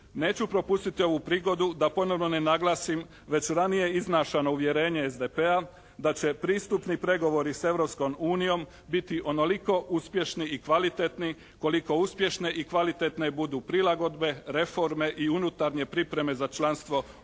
Neću propustiti ovu prigodu da ponovo ne naglasim već ranije iznašano uvjerenje SDP-a da će pristupni pregovori s Europskom unijom biti onoliko uspješni i kvalitetni koliko uspješne i kvalitetne budu prilagodbe, reforme i unutarnje pripreme za članstvo u